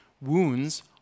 wounds